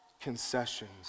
concessions